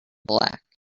black